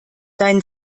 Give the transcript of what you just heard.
deinen